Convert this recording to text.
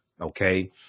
Okay